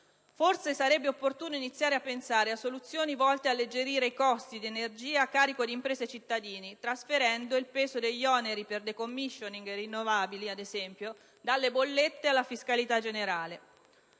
Forse sarebbe opportuno iniziare a pensare a soluzioni volte ad alleggerire i costi di energia a carico di imprese e cittadini, trasferendo il peso degli oneri, per *decommissioning* e rinnovabili ad esempio, dalle bollette alla fiscalità generale.